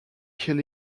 kill